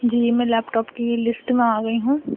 جی میں لیپٹاپ کی لسٹ میں آ گئی ہوں